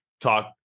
talk